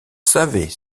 savez